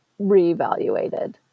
reevaluated